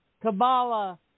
Kabbalah